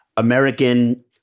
American